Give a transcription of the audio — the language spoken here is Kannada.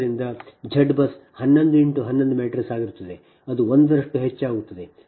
ಆದ್ದರಿಂದ Z BUS 11 × 11 ಮ್ಯಾಟ್ರಿಕ್ಸ್ ಆಗಿರುತ್ತದೆ ಅದು 1 ರಷ್ಟು ಹೆಚ್ಚಾಗುತ್ತದೆ